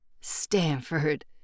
Stanford